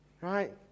Right